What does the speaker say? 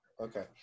okay